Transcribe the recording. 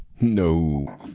No